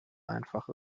einfach